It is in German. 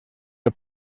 der